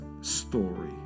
story